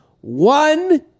one